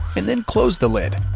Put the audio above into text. and then close the lid.